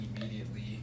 immediately